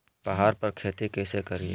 पहाड़ पर खेती कैसे करीये?